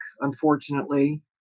unfortunately